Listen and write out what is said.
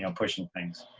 um pushing things.